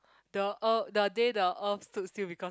the uh the day the earth stood still because of